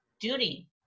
duty